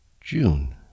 June